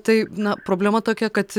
tai na problema tokia kad